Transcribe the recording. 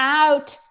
out